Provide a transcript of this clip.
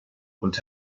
und